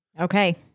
Okay